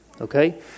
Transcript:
okay